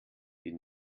die